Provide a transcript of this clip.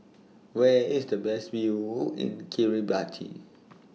Where IS The Best View in Kiribati